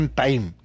time